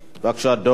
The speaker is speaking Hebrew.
בבקשה, דב.